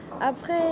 Après